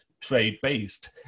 trade-based